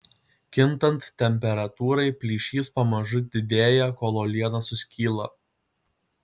kintant temperatūrai plyšys pamažu didėja kol uoliena suskyla